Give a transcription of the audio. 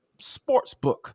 sportsbook